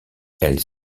elles